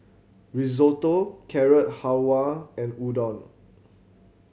Risotto Carrot Halwa and Udon